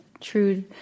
true